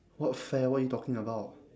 what fair what are you talking about